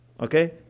Okay